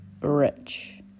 rich